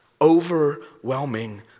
Overwhelming